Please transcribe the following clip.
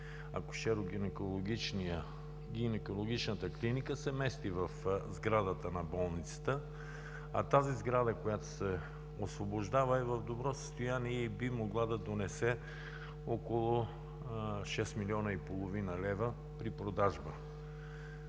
Акушеро-гинекологичната клиника, се мести в сградата на болницата, а тази сграда, която се освобождава, е в добро състояние и би могла да донесе около 6 милиона и половина лева при продажба.